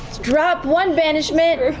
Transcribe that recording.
drop one banishment.